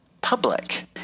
public